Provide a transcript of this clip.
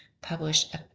published